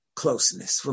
closeness